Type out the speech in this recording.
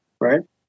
Right